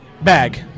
bag